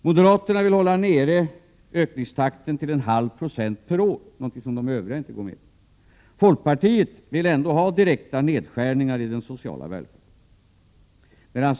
Moderaterna vill hålla ökningstakten nere vid 1/2 96 per år, något som de övriga borgerliga partierna inte går med på. Folkpartiet föreslår direkta nedskärningar av den sociala välfärden.